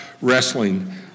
wrestling